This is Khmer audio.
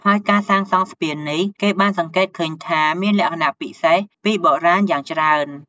ហើយការសាងសងស្ពាននេះ គេបានសង្កេតឃើញថា មានលក្ខណៈពិសេសពីបុរាណយ៉ាងច្រើន។